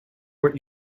what